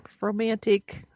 romantic